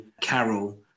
Carol